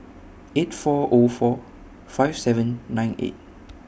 eight four O four five seven nine eight